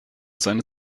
seine